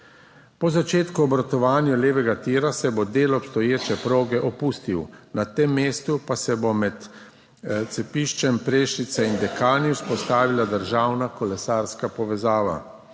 Po začetku obratovanja levega tira se bo del obstoječe proge opustil, na tem mestu pa se bo med cepiščem Prešnica in Dekani vzpostavila državna kolesarska povezava.